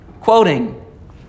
Quoting